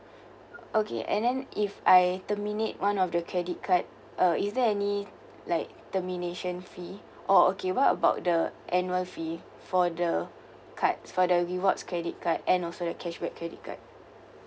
okay and then if I terminate one of the credit card uh is there any like termination fee orh okay what about the annual fee for the cards for the rewards credit card and also the cashback credit card